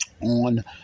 on